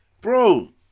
bro